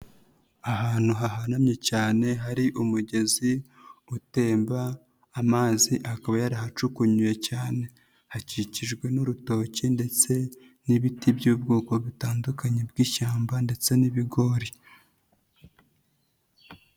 Ahantu hahanamye cyane hari umugezi utemba, amazi akaba yarahacukuywe cyane. Hakikijwe n'urutoki ndetse n'ibiti by'ubwoko butandukanye bw'ishyamba ndetse n'ibigori.